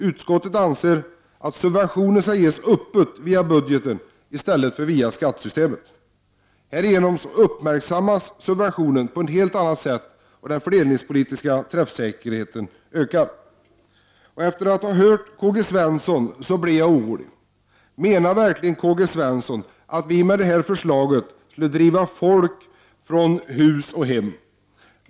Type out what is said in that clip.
Utskottet anser att subventioner skall ges öppet via budgeten i stället för via skattesystemet. Härigenom uppmärksammas subventionen på ett helt annat sätt, och den fördelningspolitiska träffsäkerheten ökar. Efter att ha hört Karl-Gösta Svenson blir jag orolig. Menar han verkligen att vi med detta förslag skulle driva folk från hus och hem?